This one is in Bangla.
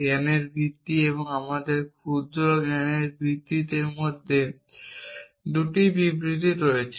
জ্ঞানের ভিত্তি আমাদের ক্ষুদ্র জ্ঞানের ভিত্তির মধ্যে মাত্র 2টি বিবৃতি রয়েছে